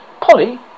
Polly